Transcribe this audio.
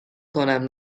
کنم